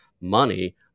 money